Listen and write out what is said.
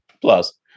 Plus